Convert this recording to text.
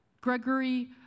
Gregory